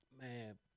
man